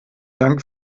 dank